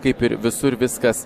kaip ir visur viskas